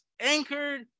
anchored